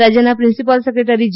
રાજ્યના principal secretary જે